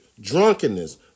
drunkenness